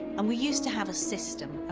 and we used to have a system,